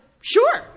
sure